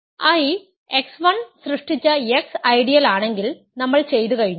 I x1 സൃഷ്ടിച്ച x ideal ആണെങ്കിൽ നമ്മൾ ചെയ്തു കഴിഞ്ഞു